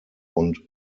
und